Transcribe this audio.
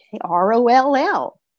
R-O-L-L